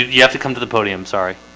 you have to come to the podium. sorry